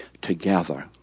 together